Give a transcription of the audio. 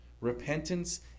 repentance